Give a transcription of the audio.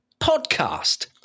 podcast